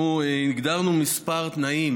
אנחנו הגדרנו כמה תנאים